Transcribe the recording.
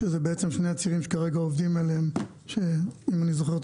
שזה בעצם שני הצירים שכרגע עובדים עליהם שאם אני זוכר טוב,